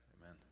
Amen